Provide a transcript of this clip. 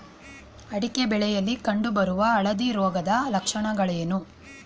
ಅಡಿಕೆ ಬೆಳೆಯಲ್ಲಿ ಕಂಡು ಬರುವ ಹಳದಿ ರೋಗದ ಲಕ್ಷಣಗಳೇನು?